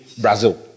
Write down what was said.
Brazil